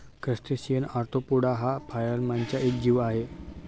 crustacean arthropoda हा फायलमचा एक जीव आहे